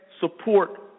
support